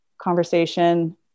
conversation